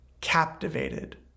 captivated